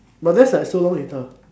but that's like so long later